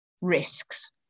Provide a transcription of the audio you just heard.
risks